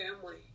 family